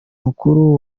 mukuru